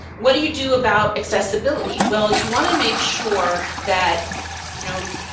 what do you do about accessibility? well, you want to make sure that you know